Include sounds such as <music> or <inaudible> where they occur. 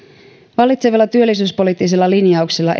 vallitsevilla työllisyyspoliittisilla linjauksilla <unintelligible>